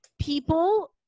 people